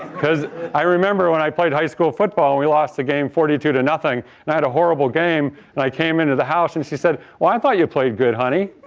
because i remember when i played high school football, we lost a game forty two to nothing and i had a horrible game and i came into the house, and she said, well, i thought you played good, honey.